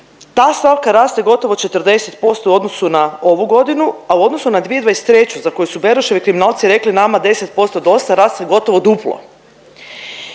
Ta stavka raste gotovo 40% u odnosu na ovu godinu, a u odnosu na 2023. za koju su Beroševi kriminalci rekli nama 10% dosta, raste gotovo duplo.